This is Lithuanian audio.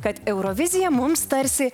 kad eurovizija mums tarsi